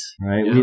right